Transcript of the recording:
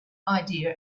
idea